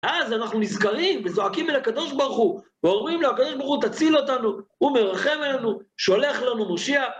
אז אנחנו נזכרים וזועקים אל הקדוש ברוך הוא, ואומרים לו, הקדוש ברוך הוא תציל אותנו, הוא מרחם אלינו, שולח לנו מושיע.